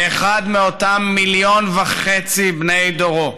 כאחד מאותם מיליון וחצי בני דורו,